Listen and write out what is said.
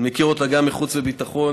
אני מכיר אותה גם מהחוץ והביטחון.